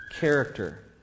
character